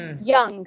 Young